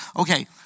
okay